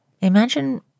Imagine